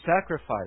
sacrifice